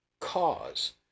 cause